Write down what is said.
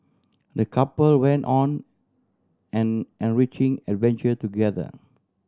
the couple went on an enriching adventure together